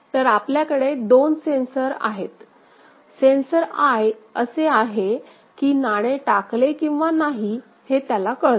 तर आपल्याकडे दोन सेन्सर आहेत सेन्सर I असे आहे कि नाणे टाकले किंवा नाही हे त्याला कळते